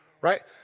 Right